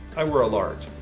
i wear a large.